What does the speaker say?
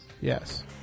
Yes